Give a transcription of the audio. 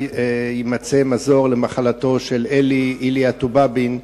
יימצא מזור למחלתו של אלי איליה טובבין,